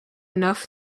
enough